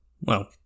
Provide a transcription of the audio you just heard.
well-